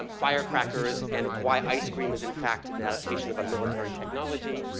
um firecrackers and why ice cream is in fact, an adaptation of a military technology.